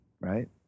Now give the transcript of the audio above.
right